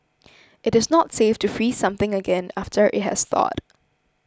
it is not safe to freeze something again after it has thawed